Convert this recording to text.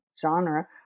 genre